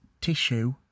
tissue